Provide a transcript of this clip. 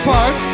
Park